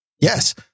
Yes